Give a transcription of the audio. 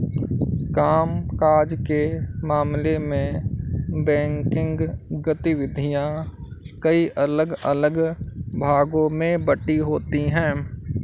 काम काज के मामले में बैंकिंग गतिविधियां कई अलग अलग भागों में बंटी होती हैं